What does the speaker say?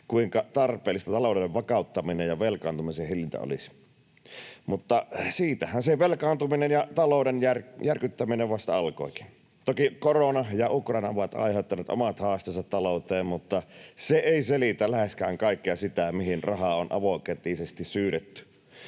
kuinka tarpeellista talouden vakauttaminen ja velkaantumisen hillintä olisi. Mutta siitähän se velkaantuminen ja talouden järkyttäminen vasta alkoikin. Toki korona ja Ukraina ovat aiheuttaneet omat haasteensa talouteen, mutta se ei selitä läheskään kaikkea sitä, mihin rahaa on avokätisesti syydetty.